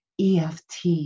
EFT